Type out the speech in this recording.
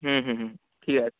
হুম হুম হুম ঠিক আছে